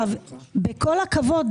עם כל הכבוד,